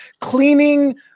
cleaning